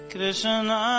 Krishna